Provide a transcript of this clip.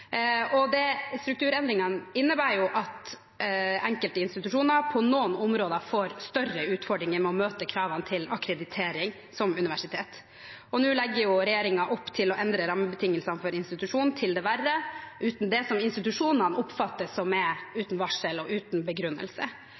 Strukturendringene innebærer at enkelte institusjoner på noen områder får større utfordringer ved å møte kravene til akkreditering som universitet. Nå legger regjeringen opp til å endre rammebetingelsene for institusjonene til det verre, uten varsel og uten begrunnelse, slik institusjonene oppfatter det. Nord universitet har satset spesielt på akvakultur og